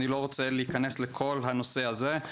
אני לא רוצה להיכנס לכל הנושא הזה,